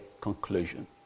conclusion